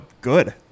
good